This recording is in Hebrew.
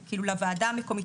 כאילו, לוועדה המקומית.